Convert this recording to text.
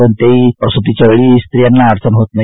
कोणत्याही प्रसुतीच्या वेळी स्वियांना ञास होत नाही